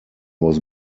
was